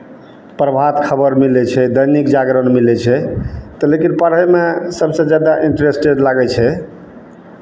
प्रभात खबर मिलै छै दैनिक जागरण मिलै छै तऽ लेकिन पढ़यमे सभसँ जादा इंटरेस्टेड लागै छै